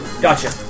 Gotcha